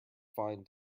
fine